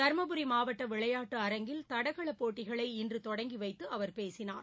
தருமபுரி மாவட்ட விளையாட்டு அரங்கில் தடகளப் போட்டிகளை இன்று தொடங்கிவைத்து அவர் பேசினார்